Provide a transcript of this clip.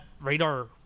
radar